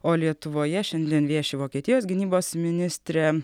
o lietuvoje šiandien vieši vokietijos gynybos ministrė